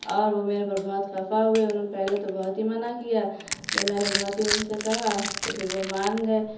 اور وہ میرے پر بہت خفا ہوئے انہوں نے پہلے تو بہت ہی منع کیا جب میں نے بہت ہی ان سے کہا تو پھر وہ مان گئے